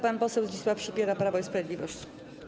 Pan poseł Zdzisław Sipiera, Prawo i Sprawiedliwość.